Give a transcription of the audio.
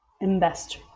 invest